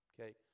okay